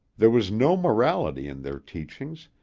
there was no morality in their teachings,